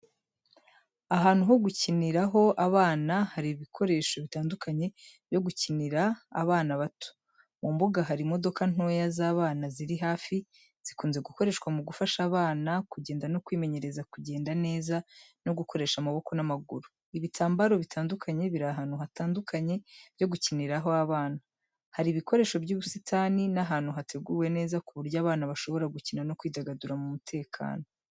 Ahantu ho gukiniraho abana, hari ibikoresho bitandukanye byo gukinira abana bato. Mu mbuga hari imodoka ntoya z'abana ziri hafi, zikunze gukoreshwa mu gufasha abana kugenda no kwimenyereza kugenda neza no gukoresha amaboko n’amaguru. Ibitambaro bitandukanye biri ahantu hatandukanye byo gukiniraho abana. Hari ibikoresho by'ubusitani n'ahantu hateguwe neza ku buryo abana bashobora gukina no kwidagadura mu mutekano.